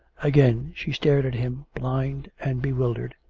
again she stared at him, blind and bewildered.